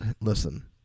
listen